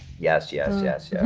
yes. yes. yes. yeah